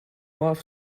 love